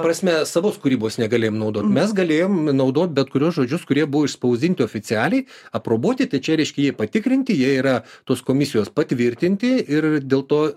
prasme savos kūrybos negalėjom naudot mes galėjome naudot bet kuriuos žodžius kurie buvo išspausdinti oficialiai aprobuoti čia reiškia jie patikrinti jie yra tos komisijos patvirtinti ir dėl to